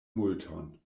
multon